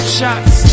shots